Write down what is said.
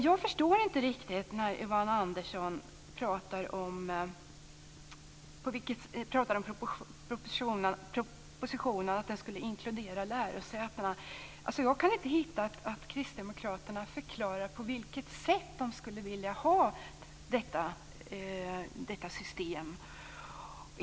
Jag förstår inte riktigt när Yvonne Andersson talar om att propositionen skulle inkludera lärosätena. Jag kan inte se att kristdemokraterna förklarar på vilket sätt man skulle vilja ha detta system.